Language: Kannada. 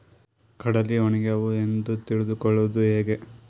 ಕಡಲಿ ಒಣಗ್ಯಾವು ಎಂದು ತಿಳಿದು ಕೊಳ್ಳೋದು ಹೇಗೆ?